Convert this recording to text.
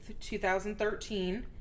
2013